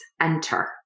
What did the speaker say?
enter